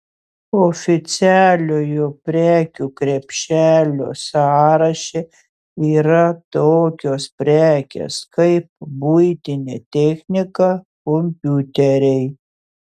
oficialiojo prekių krepšelio sąraše yra tokios prekės kaip buitinė technika kompiuteriai